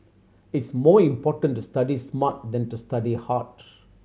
it's more important to study smart than to study hard